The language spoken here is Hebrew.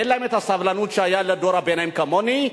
אין להם הסבלנות שהיתה לדור הביניים כמוני,